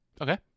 Okay